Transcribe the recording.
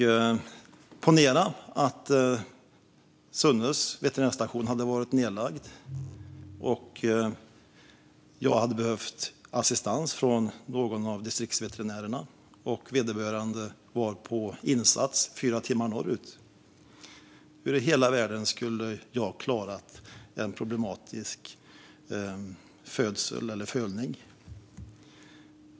Men ponera att Sunnes veterinärstation hade varit nedlagd och jag hade behövt assistans från någon av distriktsveterinärerna och vederbörande var på insats fyra timmar norrut. Hur i hela världen skulle jag då ha klarat en problematisk födsel eller fölning?